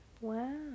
Wow